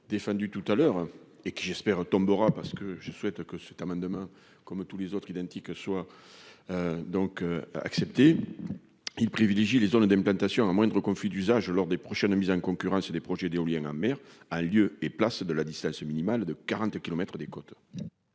défendu tout à l'heure et qui, j'espère, tombera parce que je souhaite que se termine demain, comme tous les autres identique soient donc acceptées, il privilégie les zones d'implantation à moins de conflits d'usage lors des prochaines mise en concurrence des projets d'éoliennes en mer, a lieu et place de Ladislas minimale de 40 kilomètres des côtes.